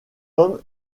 homme